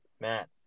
Matt